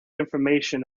information